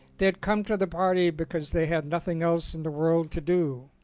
they had come to the party because they had nothing else in the world to do,